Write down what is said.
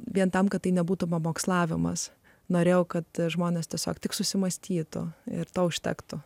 vien tam kad tai nebūtų pamokslavimas norėjau kad žmonės tiesiog tik susimąstytų ir to užtektų